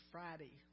Friday